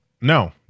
no